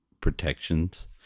protections